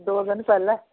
दो दिन पैह्लैं